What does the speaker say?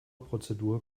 prozedur